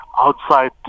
outside